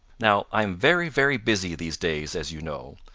now i am very, very busy these days, as you know,